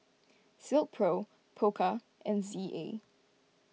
Silkpro Pokka and Z A